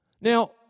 Now